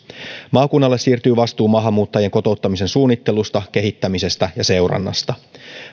maakunnalle siirtyy vastuu maahanmuuttajien kotouttamisen suunnittelusta kehittämisestä ja seurannasta